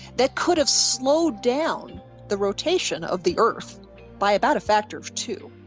that could have slowed down the rotation of the earth by about a factor of two.